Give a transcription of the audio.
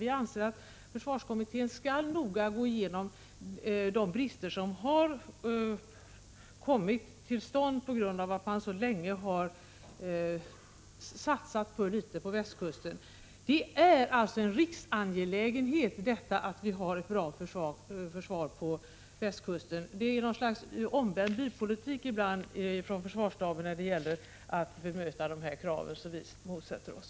Vi anser att försvarskommittén noga skall gå igenom de brister som orsakats av att man så länge satsat för litet på västkusten. Det är alltså en riksangelägenhet att vi har bra försvar på västkusten. Det är något slags omvänd bypolitik ibland från försvarsstaben när det gäller att bemöta dessa krav, någonting som vi motsätter oss.